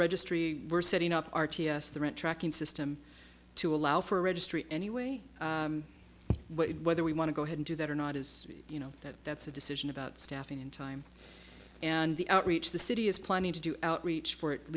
registry we're setting up our ts the rent tracking system to allow for a registry anyway whether we want to go ahead and do that or not is you know that that's a decision about staffing in time and the outreach the city is planning to do outreach for at